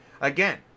again